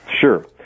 Sure